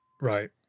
right